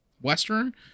western